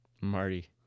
Marty